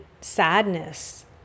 sadness